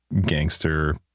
gangster